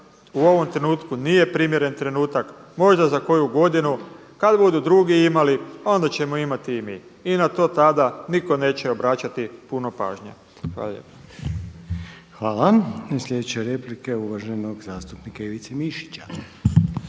u ovom trenutku nije primjeren trenutak. Možda za koju godinu kad budu drugi imali onda ćemo imati i mi. I na to tada nitko neće obraćati puno pažnje. Hvala lijepa. **Reiner, Željko (HDZ)** Hvala. Sljedeća replika je uvaženog zastupnika Ivice Mišića.